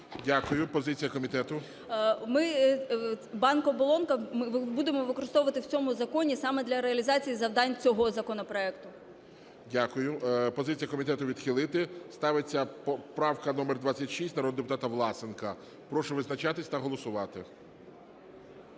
О.М. Ми банк-оболонку будемо використовувати в цьому законі саме для реалізації завдань цього законопроекту. ГОЛОВУЮЧИЙ. Дякую. Позиція комітету відхилити. Ставиться поправка номер 26 народного депутата Власенка. Прошу визначатись та голосувати.